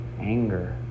Anger